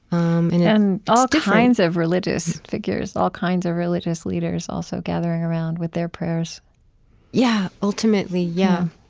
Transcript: um and and all kinds of religious figures, all kinds of religious leaders also gathering around with their prayers yeah ultimately, yeah